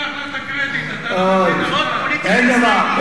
אוי, אין דבר.